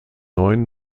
neun